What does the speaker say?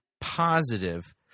positive